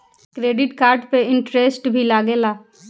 Credit card पे interest भी लागेला?